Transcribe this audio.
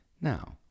Now